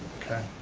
okay.